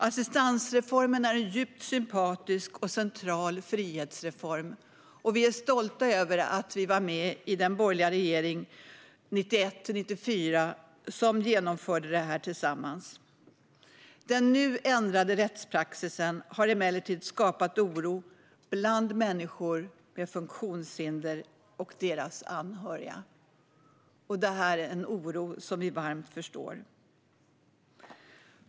Assistansreformen är en djupt sympatisk och central frihetsreform. Vi är stolta över att vi var med i den borgerliga regeringen 1991-1994 som tillsammans genomförde det. Den nu ändrade rättspraxisen har emellertid skapat oro bland människor med funktionshinder och deras anhöriga. Det är en oro som vi varmt förstår.